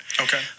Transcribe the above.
Okay